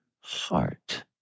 heart